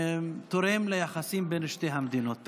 תורם ליחסים בין שתי המדינות.